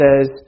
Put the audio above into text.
says